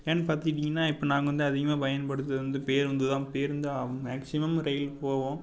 ஏன்னு பார்த்துக்கிட்டீங்கன்னா இப்போ நாங்கள் வந்து அதிகமாக பயன்படுத்துறது வந்து பேருந்து தான் பேருந்து மேக்சிமம் ரயில் போவோம்